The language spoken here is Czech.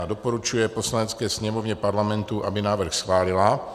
I. doporučuje Poslanecké sněmovně Parlamentu, aby návrh schválila;